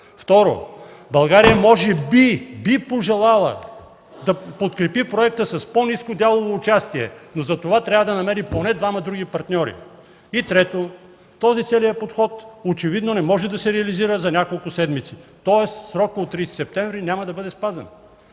Второ, България – може би – би пожелала да подкрепи проекта с по-ниско дялово участие, но за това трябва да намери поне двама други партньори. И трето, целият този подход очевидно не може да се реализира за няколко седмици”. Тоест, срокът до 30 септември няма да бъде спазен